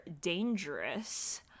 dangerous